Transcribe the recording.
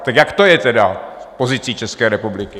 Tak jak to je tedy s pozicí České republiky?